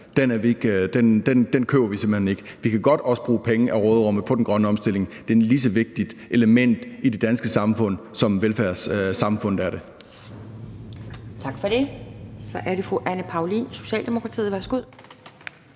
Den køber vi simpelt hen ikke. Vi kan også godt bruge penge fra råderummet på den grønne omstilling. Den er et lige så vigtigt element i det danske samfund som velfærden. Kl.